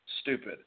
Stupid